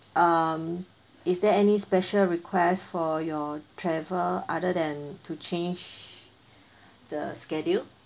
um is there any special requests for your travel other than to change the schedule